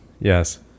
Yes